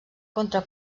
contra